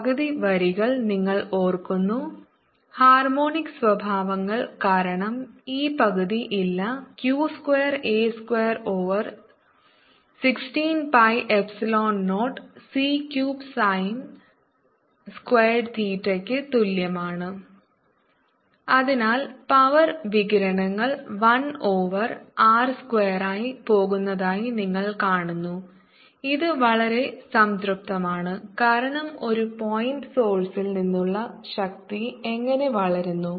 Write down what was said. പകുതി വരികൾ നിങ്ങൾ ഓർക്കുന്നു ഹാർമോണിക് സ്വഭാവങ്ങൾ കാരണം ഈ പകുതി ഇല്ല q square a square over 16 pi epsilon 0 c cubed sine squared theta ക്ക് തുല്യമാണ് Etqa sin θ420c2r BtEtcqa sin θ420c3r S0E2c10EBq2a21620c3sin2r2 അതിനാൽ പവർ വികിരണങ്ങൾ 1 ഓവർ r സ്ക്വയറായി പോകുന്നതായി നിങ്ങൾ കാണുന്നു ഇത് വളരെ സംതൃപ്തമാണ് കാരണം ഒരു പോയിന്റ് സോഴ്സ് ൽ നിന്നുള്ള ശക്തി എങ്ങനെ വളരുന്നു